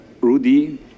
Rudy